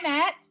Matt